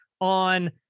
on